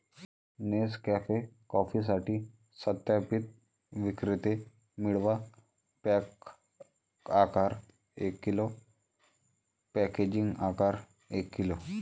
Nescafe कॉफीसाठी सत्यापित विक्रेते मिळवा, पॅक आकार एक किलो, पॅकेजिंग आकार एक किलो